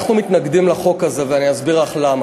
אנחנו מתנגדים לחוק הזה, ואני אסביר לך למה.